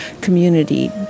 community